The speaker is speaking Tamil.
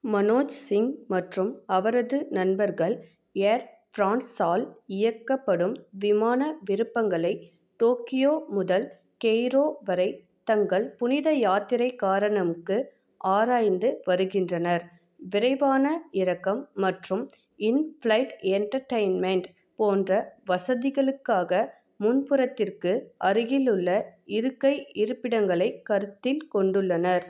மனோஜ் சிங் மற்றும் அவரது நண்பர்கள் ஏர் ப்ரான்ஸ் ஆல் இயக்கப்படும் விமான விருப்பங்களை டோக்கியோ முதல் கெய்ரோ வரை தங்கள் புனித யாத்திரை காரணமுக்கு ஆராய்ந்து வருகின்றனர் விரைவான இறக்கம் மற்றும் இன் ஃப்ளைட் என்டர்டைன்மெண்ட் போன்ற வசதிகளுக்காக முன்புறத்திற்கு அருகிலுள்ள இருக்கை இருப்பிடங்களைக் கருத்தில் கொண்டுள்ளனர்